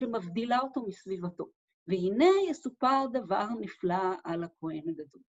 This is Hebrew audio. שמבדילה אותו מסביבתו, והנה יסופר דבר נפלא על הכהן הגדול.